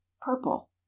purple